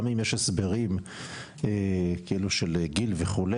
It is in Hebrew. גם אם יש הסברים כאלו של גיל וכו',